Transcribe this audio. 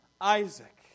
Isaac